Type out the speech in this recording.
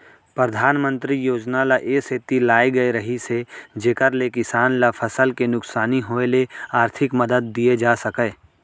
परधानमंतरी योजना ल ए सेती लाए गए रहिस हे जेकर ले किसान ल फसल के नुकसानी होय ले आरथिक मदद दिये जा सकय